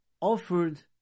offered